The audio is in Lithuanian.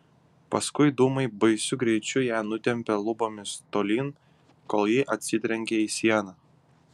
paskui dūmai baisiu greičiu ją nutempė lubomis tolyn kol ji atsitrenkė į sieną